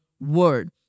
word